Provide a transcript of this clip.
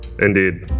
Indeed